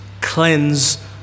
cleanse